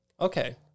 Okay